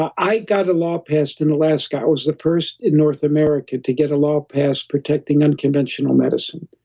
i got a law passed in alaska, i was the first in north america to get a law passed protecting unconventional medicine.